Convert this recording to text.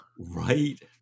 Right